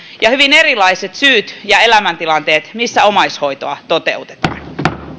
ja ne hyvin erilaiset syyt ja elämäntilanteet missä omaishoitoa toteutetaan